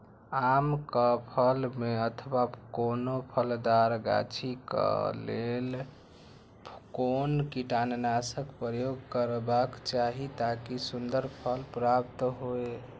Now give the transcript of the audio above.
आम क फल में अथवा कोनो फलदार गाछि क लेल कोन कीटनाशक प्रयोग करबाक चाही ताकि सुन्दर फल प्राप्त हुऐ?